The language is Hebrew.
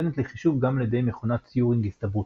ניתנת לחישוב גם על ידי מכונת טיורינג הסתברותית.